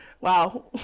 Wow